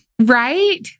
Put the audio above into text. Right